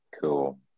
cool